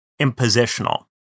impositional